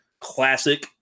classic